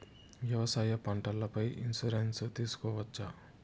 వ్యవసాయ పంటల పై ఇన్సూరెన్సు తీసుకోవచ్చా?